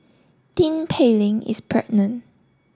Tin Pei Ling is pregnant